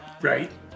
right